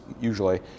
usually